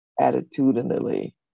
attitudinally